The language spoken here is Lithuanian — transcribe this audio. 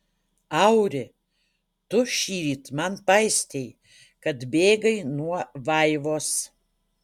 auri tu šįryt man paistei kad bėgai nuo vaivos